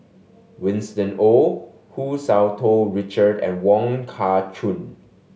Winston Oh Hu Tsu Tau Richard and Wong Kah Chun